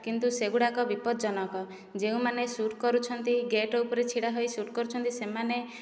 କିନ୍ତୁ ସେଗୁଡ଼ାକ ବିପଦଜନକ ଯେଉଁମାନେ ଶୂଟ୍ କରୁଛନ୍ତି ଗେଟ୍ ଉପରେ ଛିଡ଼ା ହୋଇ ଶୂଟ୍ କରୁଛନ୍ତି ସେମାନେ